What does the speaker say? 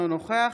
אינו נוכח